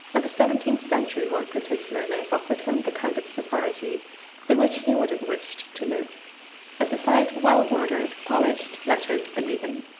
and the seventeenth century more particularly offered him the kind of society in which he would have wished to live a society, well-ordered, polished, lettered, believing.